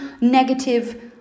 negative